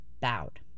bowed